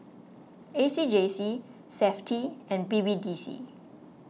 A C J C SAFTI and B B D C